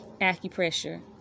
acupressure